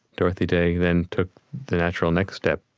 dorothy day then took the natural next step,